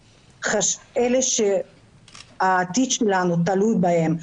לאלה שהעתיד שלנו תלוי בהם,